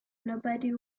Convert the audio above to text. nobody